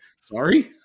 sorry